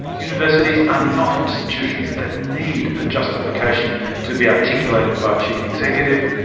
universities are not institutions that need a justification to be articulated by a chief executive,